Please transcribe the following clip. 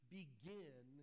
begin